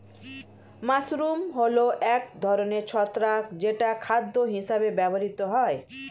mushroom হল এক ধরনের ছত্রাক যেটা খাদ্য হিসেবে ব্যবহৃত হয়